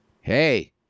Hey